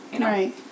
Right